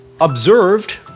Observed